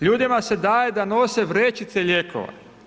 Ljudima se daje da nose vrećice lijekova.